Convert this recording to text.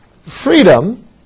freedom